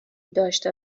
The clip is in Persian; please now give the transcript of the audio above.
داشته